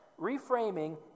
Reframing